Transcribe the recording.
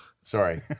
Sorry